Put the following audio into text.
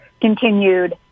continued